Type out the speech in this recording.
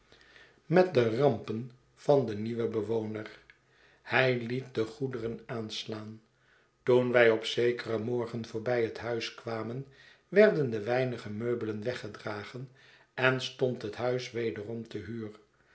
met de rampen van den nieuwen bewoner hij liet de goederen aanslaan toen wij op zekeren morgen voorbij het huis kwamen werden de weinige meubelen weggedragen en stond het huis wederom te huur